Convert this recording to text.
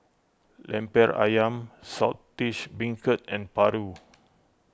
Lemper Ayam Saltish Beancurd and Paru